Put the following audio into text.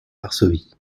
varsovie